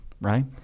right